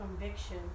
conviction